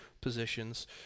positions